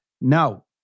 No